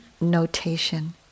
notation